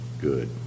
good